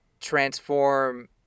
transform